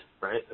right